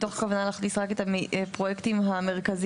מתוך כוונה להכניס רק את הפרויקטים המרכזיים